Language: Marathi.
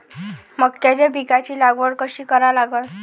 मक्याच्या पिकाची लागवड कशी करा लागन?